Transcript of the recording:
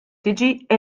tiġi